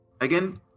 Again